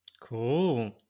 Cool